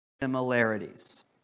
similarities